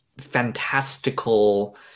fantastical